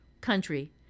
country